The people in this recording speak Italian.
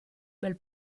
bel